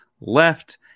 left